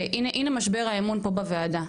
הנה משבר האמון פה בוועדה.